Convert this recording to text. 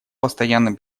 постоянным